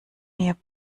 mir